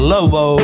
Lobo